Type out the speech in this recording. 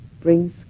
brings